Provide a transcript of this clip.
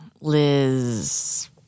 Liz